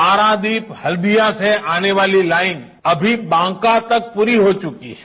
पारादीप हल्दिया से आने वाली लाईन अभी बांका तक पूरी हो चुकी है